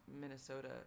Minnesota